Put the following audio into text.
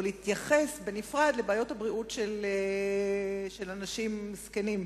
או להתייחס בנפרד לבעיות הבריאות של אנשים זקנים,